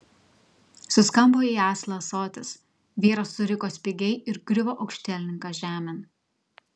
suskambo į aslą ąsotis vyras suriko spigiai ir griuvo aukštielninkas žemėn